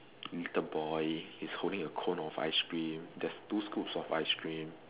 little boy he's holding a cone of ice cream there's two scoops of ice cream